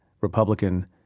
Republican